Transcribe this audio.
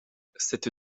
cette